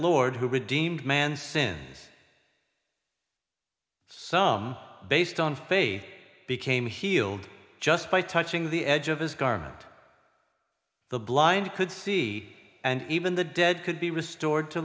lord who redeemed man's sins some based on faith became healed just by touching the edge of his garment the blind could see and even the dead could be restored to